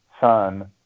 son